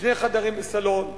שני חדרים וסלון,